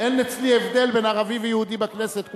אין אצלי הבדל בין ערבי ויהודי בכנסת.